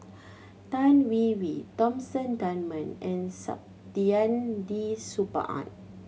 Tan Hwee Hwee Thomas Dunman and Saktiandi Supaat